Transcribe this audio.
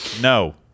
no